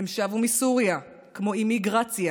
הן שבו מסוריה, כמו אימי גרציה,